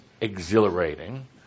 exhilarating